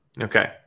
Okay